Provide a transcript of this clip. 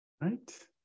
Right